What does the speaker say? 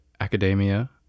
academia